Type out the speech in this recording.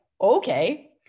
okay